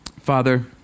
Father